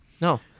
No